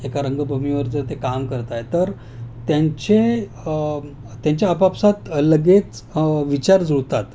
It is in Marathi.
एका रंगभूमीवर जर ते काम करतायत तर त्यांचे त्याचे आपापसात लगेच विचार जुळतात